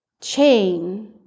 chain